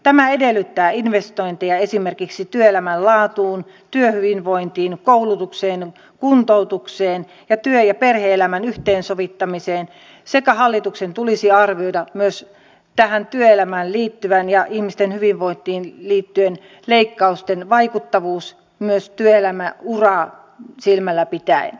tämä edellyttää investointeja esimerkiksi työelämän laatuun työhyvinvointiin koulutukseen kuntoutukseen ja työ ja perhe elämän yhteensovittamiseen ja hallituksen tulisikin arvioida työelämään ja ihmisten hyvinvointiin liittyvien leikkausten vaikuttavuus myös työelämäuraa silmällä pitäen